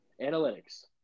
Analytics